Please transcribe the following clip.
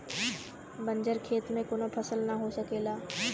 बंजर खेत में कउनो फसल ना हो सकेला